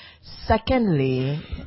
Secondly